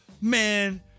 man